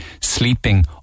sleeping